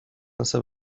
مثه